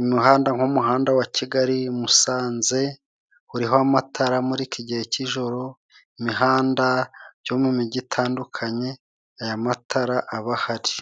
imihanda nk'umuhanda wa Kigali Musanze uriho amatara amurika igihe cy'ijoro, imihanda yo mu mijyi itandukanye, aya matara aba ahari.